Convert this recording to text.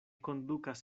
kondukas